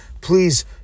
please